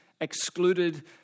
Excluded